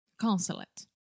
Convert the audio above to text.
Consulate